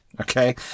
Okay